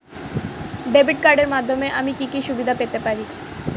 Debit কার্ডের মাধ্যমে আমি কি কি সুবিধা পেতে পারি?